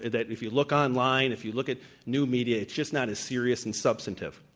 that if you look online, if you look at new media it's just not as serious and substantive.